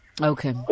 Okay